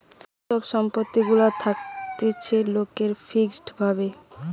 যে সব সম্পত্তি গুলা থাকতিছে লোকের ফিক্সড ভাবে